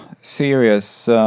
serious